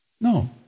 No